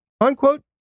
unquote